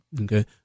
Okay